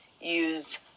use